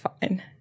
fine